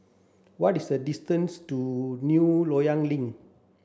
what is the distance to New Loyang Link